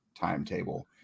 timetable